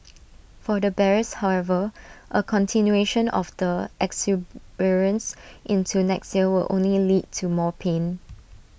for the bears however A continuation of the exuberance into next year will only lead to more pain